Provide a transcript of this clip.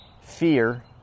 fear